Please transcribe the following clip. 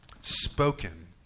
spoken